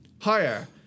higher